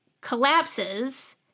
collapses